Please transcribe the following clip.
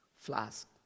flask